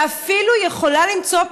ואפילו יכולה למצוא פתרון,